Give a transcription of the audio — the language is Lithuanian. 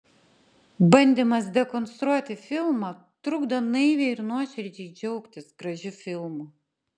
bandymas dekonstruoti filmą trukdo naiviai ir nuoširdžiai džiaugtis gražiu filmu